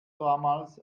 damals